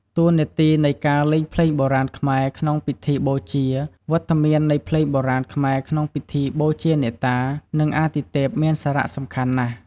តួនាទីនៃការលេងភ្លេងបុរាណខ្មែរក្នុងពិធីបូជា វត្តមាននៃភ្លេងបុរាណខ្មែរក្នុងពិធីបូជាអ្នកតា និងអាទិទេព មានសារៈសំខាន់ណាស់។